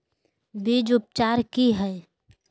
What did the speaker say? बीज उपचार कि हैय?